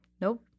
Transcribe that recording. Nope